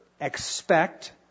expect